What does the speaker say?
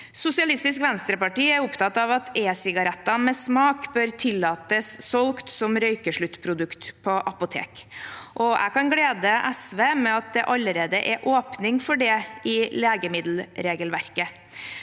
er opptatt av at e-sigaretter med smak bør tillates solgt som røykesluttprodukt på apotek. Jeg kan glede SV med at det allerede er åpning for det i legemiddelregelverket,